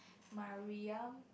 Mariam